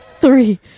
Three